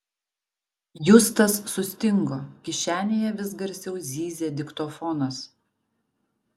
justas sustingo kišenėje vis garsiau zyzė diktofonas